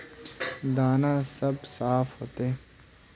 दाना सब साफ होते?